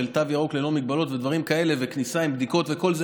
תו ירוק ללא הגבלות ודברים כאלה וכניסה עם בדיקות וכל זה,